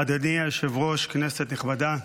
היושב-ראש, כנסת נכבדה,